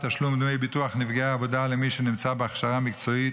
תשלום דמי ביטוח נפגעי עבודה למי שנמצא בהכשרה מקצועית